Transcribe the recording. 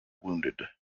wounded